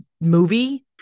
movie